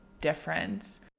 difference